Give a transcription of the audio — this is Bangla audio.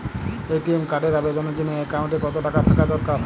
এ.টি.এম কার্ডের আবেদনের জন্য অ্যাকাউন্টে কতো টাকা থাকা দরকার?